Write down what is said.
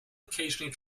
occasionally